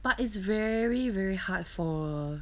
but is very very hard for